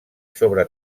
sobre